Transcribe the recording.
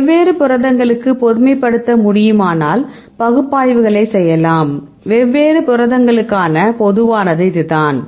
வெவ்வேறு புரதங்களுக்கு பொதுமைப்படுத்த முடியுமானால் பகுப்பாய்வுகளைச் செய்யலாம் வெவ்வேறு புரதங்களுக்கான பொதுவானது இதுதான்